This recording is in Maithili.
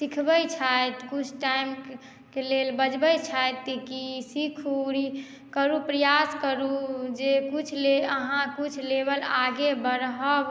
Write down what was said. सिखबय छथि किछु टाइमके लेल बजबय छथि की सीखू करू प्रयास करू जे किछु ले अहाँ किछु लेवल आगे बढ़ब